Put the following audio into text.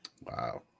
Wow